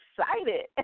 excited